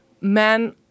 men